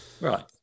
right